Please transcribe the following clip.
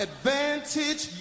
Advantage